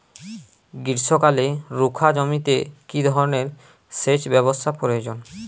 গ্রীষ্মকালে রুখা জমিতে কি ধরনের সেচ ব্যবস্থা প্রয়োজন?